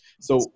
So-